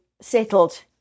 settled